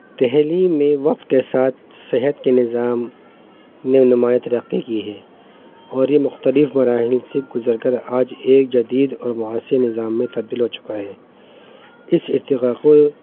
دہلی میں وقت کے ساتھ صحت کے نظام نے نمایت رقی کی ہے اور یہ مختلف مراحل سے گزر کر آج ایک جدید اور مأثر نظام میں تبدیل ہو چکا ہے اس اتفاق کو